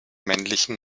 männlichen